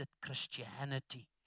Christianity